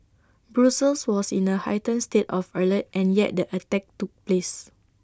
Brussels was in A heightened state of alert and yet the attack took place